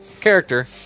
character